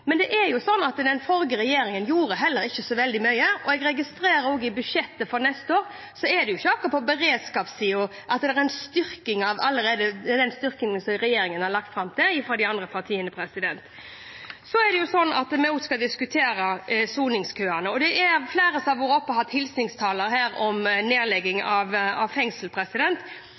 at regjeringen tok den kritikken som kom der, på alvor. Men den forrige regjeringen gjorde heller ikke så veldig mye, og jeg registrerer også at i budsjettforslagene for neste år fra de andre partiene er det ikke akkurat på beredskapssiden at det er en styrking av den styrkingen som regjeringen allerede har lagt opp til. Vi skal også diskutere soningskøene, og det er flere som har vært oppe på talerstolen og hatt hilsningstaler om nedlegging av